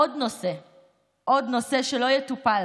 עוד נושא שלא יטופל